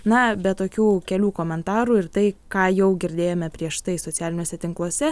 na be tokių kelių komentarų ir tai ką jau girdėjome prieš tai socialiniuose tinkluose